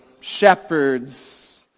shepherds